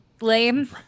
lame